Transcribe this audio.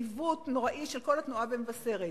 נוראות את כל התנועה במבשרת.